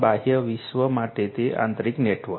બાહ્ય વિશ્વ માટે તે આંતરિક નેટવર્ક